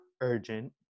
urgent